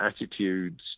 attitudes